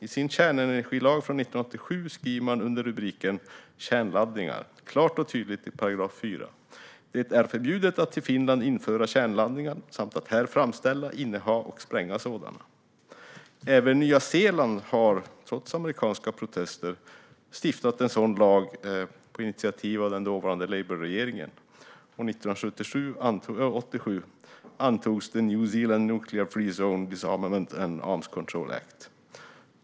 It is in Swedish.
I sin kärnenergilag från 1987 skriver man i 4 § under rubriken "Kärnladdningar" klart och tydligt: "Det är förbjudet att till Finland införa kärnladdningar samt att här framställa, inneha och spränga sådana." Även Nya Zeeland har, trots amerikanska protester, stiftat en sådan lag på initiativ av den dåvarande Labourregeringen - år 1987 antogs New Zealand Nuclear Free Zone, Disarmament, and Arms Control Act.